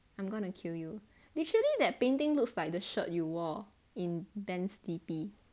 I'm gonna kill you literally that painting looks like the shirt you wore in ben's T_P